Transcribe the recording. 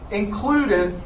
included